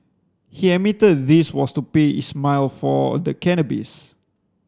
he admitted this was to pay Ismail for the cannabis